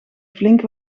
flink